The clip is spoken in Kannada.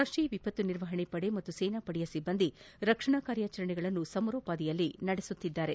ರಾಷ್ಟೀಯ ವಿಪತ್ತು ನಿರ್ವಹಣೆ ಪಡೆ ಮತ್ತು ಸೇನಾ ಪಡೆಯ ಸಿಬ್ಬಂದಿ ರಕ್ಷಣಾ ಕಾರ್ಯಾಚರಣೆಯನ್ನು ಸಮರೋಪಾದಿಯಲ್ಲಿ ನಡೆಸುತ್ತಿದ್ದಾರೆ